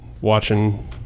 watching